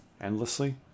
endlessly